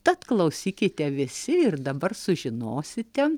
tad klausykite visi ir dabar sužinosite